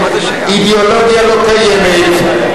אידיאולוגיה לא קיימת,